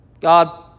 God